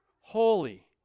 holy